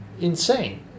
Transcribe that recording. insane